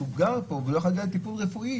הוא גר פה ולא יכול להגיע לטיפול רפואי